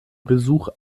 besuch